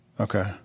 okay